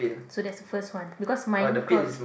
so that's the first one because mine cross